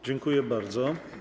Dziękuję bardzo.